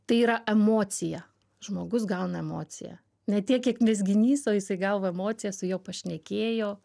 tai yra emocija žmogus gauna emociją ne tiek kiek mezginys o jisai gavo emocijas su juo pašnekėjo